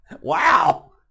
Wow